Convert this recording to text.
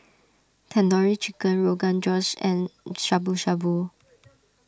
Tandoori Chicken Rogan Josh and Shabu Shabu